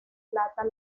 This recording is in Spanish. plata